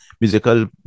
musical